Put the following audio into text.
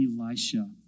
elisha